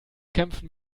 kämpfen